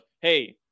hey